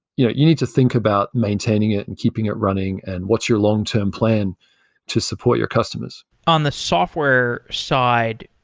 you need to think about maintaining it and keeping it running and what's your long term plan to support your customers on the software side,